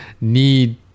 need